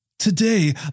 Today